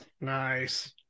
Nice